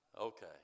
Okay